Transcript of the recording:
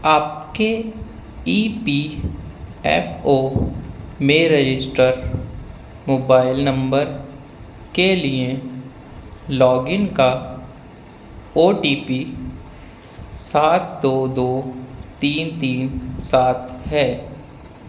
آپ کے E P F O میں رجسٹر موبائل نمبر کے لیے لاگ ان کا او ٹی پی سات دو دو تین تین سات ہے